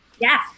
Yes